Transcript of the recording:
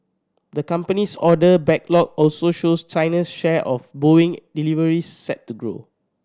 the company's order backlog also shows China's share of Boeing deliveries set to grow